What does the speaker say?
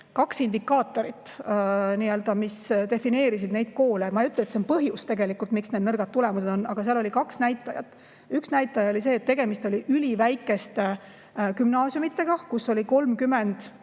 kaks indikaatorit, mis defineerisid neid koole. Ma ei ütle, et see on põhjus, miks need nõrgad tulemused on, aga seal oli kaks näitajat. Üks näitaja oli see, et tegemist oli üliväikeste gümnaasiumidega, kus oli 30–40